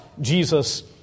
Jesus